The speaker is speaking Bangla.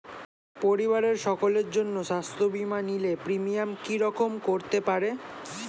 পরিবারের সকলের জন্য স্বাস্থ্য বীমা নিলে প্রিমিয়াম কি রকম করতে পারে?